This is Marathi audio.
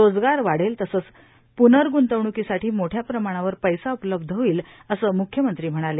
रोजगार वाढेल तसंव पुनग्रेतवणुकीसाठी मोठ्या प्रमाणावर पैसा उपलब्ध होईल असं मुख्यमंत्री म्हणाले